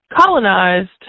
colonized